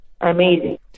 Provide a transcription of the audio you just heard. amazing